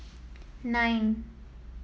nine